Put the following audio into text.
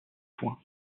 foin